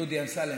דודי אמסלם,